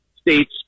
states